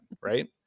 right